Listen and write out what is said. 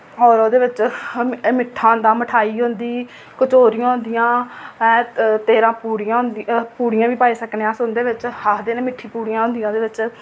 और ओह्दे बिच अम मिट्ठा होंदा मिठाई होंदी कचोरियां होंदियां हैन तेरां पूड़ियां होंदियां पूड़ियां बी पाई सकने अस उं'दे बिच आखदे ना मिट्ठी पूड़ियां होंदियां ओह्दे बिच